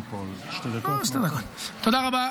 תודה רבה.